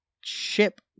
ship